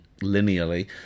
linearly